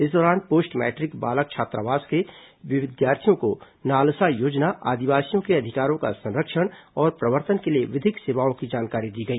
इस दौरान post matric बालक छात्रावास के विद्यार्थियों को नालसा योजना आदिवासियों के अधिकारों का संरक्षण और प्रवर्तन के लिए विधिक सेवाओं की जानकारी दी गई